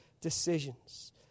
decisions